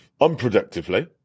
Unproductively